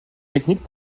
technique